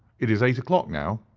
it is eight o'clock now,